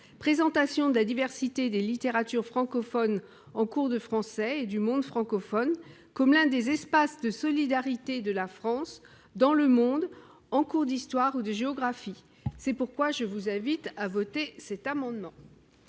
présentation de la diversité des littératures francophones en cours de français et du monde francophone comme l'un des espaces de solidarité de la France dans le monde en cours d'histoire ou de géographie. C'est pourquoi je vous invite, mes chers